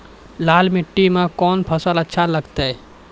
लाल मिट्टी मे कोंन फसल अच्छा लगते?